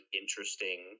interesting